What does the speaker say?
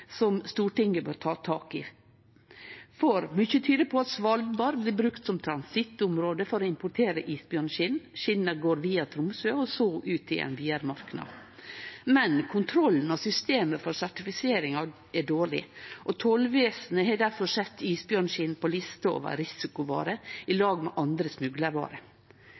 som Stortinget må ta tak i, for mykje tider på at Svalbard blir brukt som transittområde for å importere isbjørnskinn. Skinna går via Tromsø og så ut i ein vidare marknad. Men kontrollen og systemet for sertifisering er dårleg, og Tollvesenet har difor sett isbjørnskinn på lista over risikovarer, i lag med andre